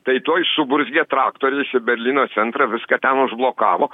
tai tuoj suburzgė traktorius ir berlyno centrą viską ten užblokavo